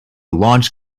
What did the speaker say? launch